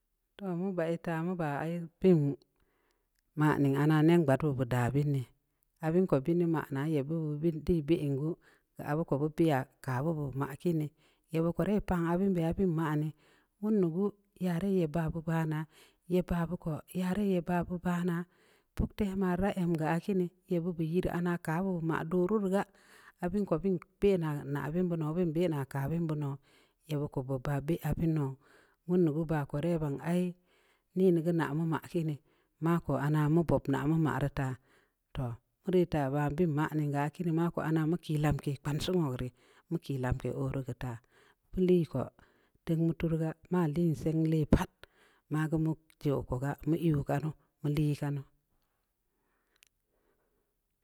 Toh mu bai taa, mu baa, ai bin manin ana neb gbad beud aah da beun dii, abu ko bid beu teu manaa, yeb beun beud diin ben gu, keu nenaa beu beya kah beud ari man dii, yeb beud ko dai paan aah beun beya beun man dii, nwundu gu ya dai yeb ba bid baa naa, yeb baa beud ko yaa dai, yeb baa beud baa naa, ouktema rii da em geu aah kiini, yeb beud bu yid anaa kah beu bud beu nyam doo rii gaa, aah beun beun benaa nah beum beud nou, kah beun beud nou, yeb beud ko bob baa beh aah beun nou, wundu geu baa ko dai baa naa ai nin dii geu nah mu ma kiini, mako anaa mu bob naa mu maa rii taa, toh mu rii taa baan bin manen geu aah kiin, mako anaa, mu kii lamke kpansii wogu rii, mu lii ko, deung mu turuu gaa, maa liin seng leh pat, maa geu mu jeuw ko gaa, mu iiuw kanu, mu liuw kanu,